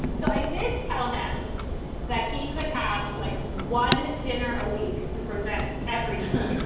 so i did tell him that he could have like one dinner a week to present. every